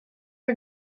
for